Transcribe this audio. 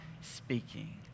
speaking